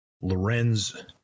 Lorenz